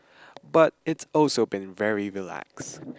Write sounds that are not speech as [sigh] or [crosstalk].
but it's also been very relaxed [noise]